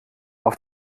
auf